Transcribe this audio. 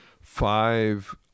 five